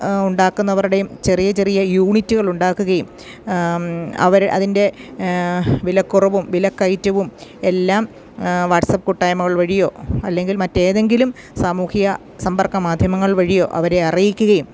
ഉണ്ടാക്കുന്നവരുടെയും ചെറിയ ചെറിയ യൂണിറ്റുകൾ ഉണ്ടാക്കുകയും അവര് അതിൻ്റെ വിലക്കുറവും വിലക്കയറ്റവും എല്ലാം വാട്സ്ആപ്പ് കുട്ടായ്മകൾ വഴിയോ അല്ലെങ്കിൽ മറ്റേതെങ്കിലും സാമൂഹിക സമ്പർക്ക മാധ്യമങ്ങൾ വഴിയോ അവരെ അറിയിക്കുകയും